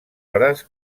hores